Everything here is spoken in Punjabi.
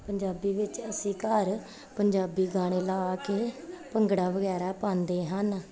ਪੰਜਾਬੀ ਵਿੱਚ ਅਸੀਂ ਘਰ ਪੰਜਾਬੀ ਗਾਣੇ ਲਗਾ ਕੇ ਭੰਗੜਾ ਵਗੈਰਾ ਪਾਉਂਦੇ ਹਨ